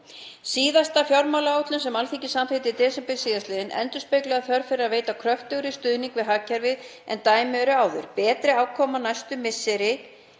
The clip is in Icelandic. Síðasta fjármálaáætlun sem Alþingi samþykkti í desember síðastliðinn endurspeglaði þörf fyrir að veita kröftugri stuðning við hagkerfið en dæmi eru um áður. Betri afkoma næstu misseri